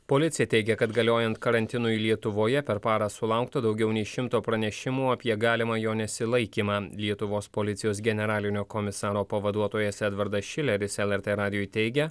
policija teigė kad galiojant karantinui lietuvoje per parą sulaukta daugiau nei šimto pranešimų apie galimą jo nesilaikymą lietuvos policijos generalinio komisaro pavaduotojas edvardas šileris lrt radijui teigia